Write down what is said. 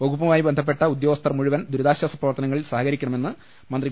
വകുപ്പുമായി ബന്ധപ്പെട്ട ഉദ്യോഗസ്ഥർ മുഴുവനും ദുരിതാ ശ്വാസ പ്രവർത്തനങ്ങളിൽ സഹകരിക്കണമെന്ന് മന്ത്രി വി